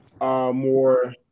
more